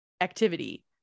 activity